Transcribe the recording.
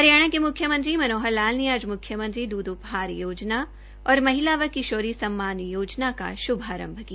हरियाणा के मुख्यमंत्री मनोहर लाल ने आज मुख्यमंत्री दूध उपहार योजना और महिला व किशोरी सम्मान योजना का शुभारंभ किया